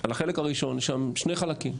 על החלק הראשון שם שני חלקים,